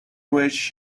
wish